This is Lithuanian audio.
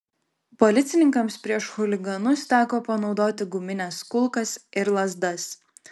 policininkams prieš chuliganus teko panaudoti gumines kulkas ir lazdas